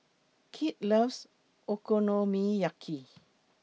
Kit loves Okonomiyaki